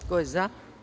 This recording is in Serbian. Ko je za?